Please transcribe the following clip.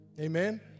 Amen